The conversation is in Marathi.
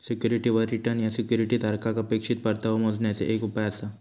सिक्युरिटीवर रिटर्न ह्या सिक्युरिटी धारकाक अपेक्षित परतावो मोजण्याचे एक उपाय आसा